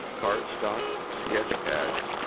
cardstock sketch pads,